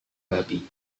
babi